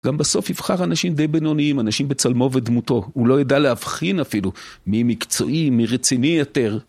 גם בסוף יבחר אנשים די בינוניים, אנשים בצלמו ודמותו. הוא לא ידע להבחין אפילו מי מקצועי, מי רציני יותר.